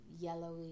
yellowy